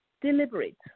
deliberate